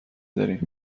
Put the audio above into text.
دارین